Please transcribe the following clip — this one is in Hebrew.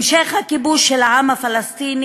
המשך הכיבוש של העם הפלסטיני